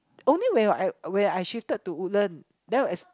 only when you are at when I shifted to Woodland then it's